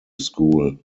school